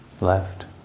left